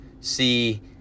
see